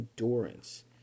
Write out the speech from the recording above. endurance